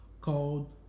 called